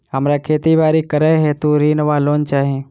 हमरा खेती बाड़ी करै हेतु ऋण वा लोन चाहि?